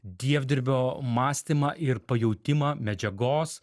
dievdirbio mąstymą ir pajautimą medžiagos